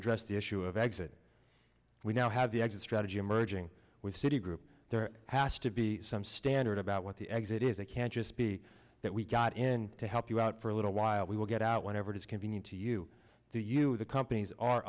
address the issue of exit we now have the exit strategy merging with citi group there has to be some standard about what the exit is that can just be that we got in to help you out for a little while we will get out whenever it is convenient to you to you the companies are